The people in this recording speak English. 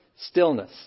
stillness